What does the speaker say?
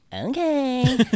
Okay